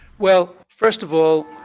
well, first of all,